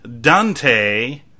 Dante